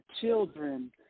children